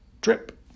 drip